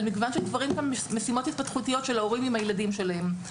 על מגוון של דברים גם משימות התפתחויות של הורים עם הילדים שלהם.